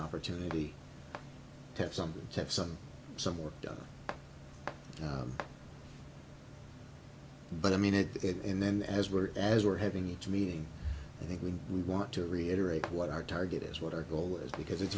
opportunity to have something to have some some work done but i mean it it in then as we're as we're having each meeting i think we we want to reiterate what our target is what our goal is because it's